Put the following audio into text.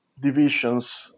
divisions